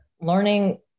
learning